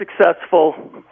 successful